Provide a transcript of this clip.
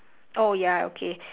oh ya okay